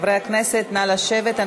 חברי הכנסת, נא לשבת.